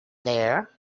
there